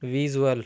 visual